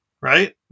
right